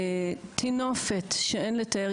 יש טינופת שאין לתאר.